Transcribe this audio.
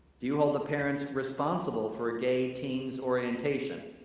do you hold the parents responsible for a gay teen's orientation?